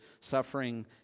Suffering